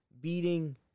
beating